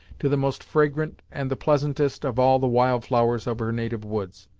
to the most fragrant and the pleasantest of all the wild flowers of her native woods.